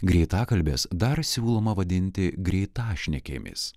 greitakalbės dar siūloma vadinti greitašnekėmis